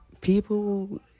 people